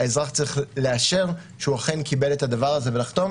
האזרח צריך לאשר שהוא אכן קיבל את זה ולחתום,